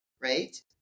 right